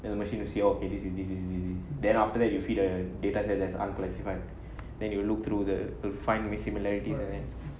then the machine will see oh okay this is this this is this is this then after that you feed a data set that is unclassified then they will look through the to find the similarities and then